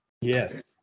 Yes